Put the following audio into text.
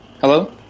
Hello